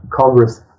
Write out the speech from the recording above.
Congress